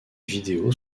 vidéos